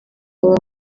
baba